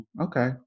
okay